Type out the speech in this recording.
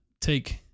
take